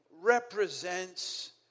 represents